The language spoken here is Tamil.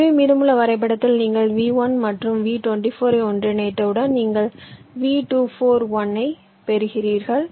எனவே மீதமுள்ள வரைபடத்தில் நீங்கள் V1 மற்றும் V24 ஐ ஒன்றிணைத்தவுடன் நீங்கள் V241 ஐப் பெறுவீர்கள்